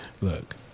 Look